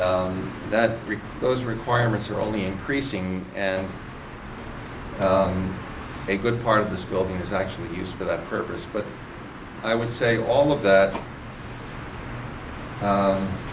repeat those requirements are only increasing and a good part of this building is actually used for that purpose but i would say all of that